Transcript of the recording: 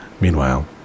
Meanwhile